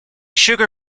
sugar